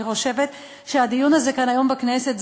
אני חושבת שהדיון הזה כאן היום בכנסת הוא